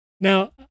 Now